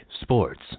sports